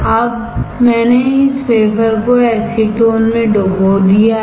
अब मैंने इस वेफर को एसीटोन में डुबो दिया है